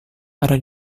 ada